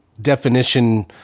definition